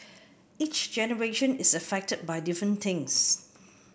each generation is affected by different things